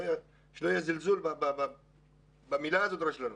שלא יהיה זלזול במילה הזאת רשלנות.